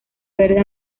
verde